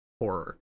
horror